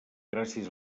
gràcies